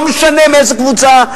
לא משנה מאיזו קבוצה,